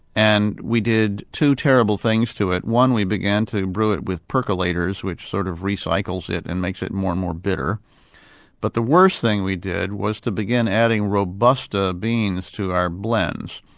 and we did two terrible things to it. one, we began to brew it with percolators, which sort of recycles it and makes it more and more bitter but the worst thing we did was to begin adding robusta beans to our blends.